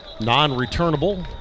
non-returnable